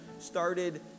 started